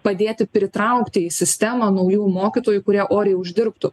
padėti pritraukti į sistemą naujų mokytojų kurie oriai uždirbtų